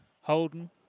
Holden